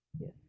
Yes